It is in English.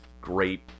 great